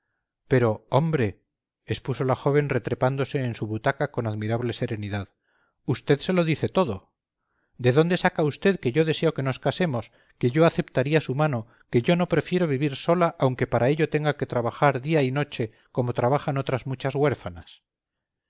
pero hombre expuso la joven retrepándose en su butaca con admirable serenidad usted se lo dice todo de dónde saca usted que yo deseo que nos casemos que yo aceptaría su mano que yo no prefiero vivir sola aunque para ello tenga que trabajar día y noche como trabajan otras muchas huérfanas